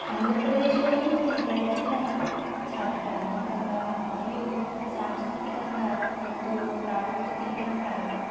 ఆంధ్రప్రదేశ్లోని ఎన్టీఆర్ జిల్లా చారిత్రాత్మకంగా మరియు సాంస్కృతికంగా ఎంతో ప్రాముఖ్యత కలిగిన ప్రాంతం